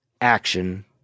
action